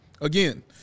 Again